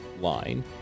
line